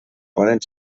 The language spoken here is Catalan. poden